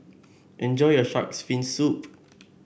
enjoy your shark's fin soup